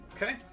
Okay